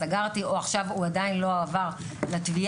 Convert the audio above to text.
סגרתי או עכשיו הוא עדיין לא הועבר לתביעה,